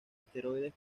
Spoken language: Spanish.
esteroides